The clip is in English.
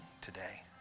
today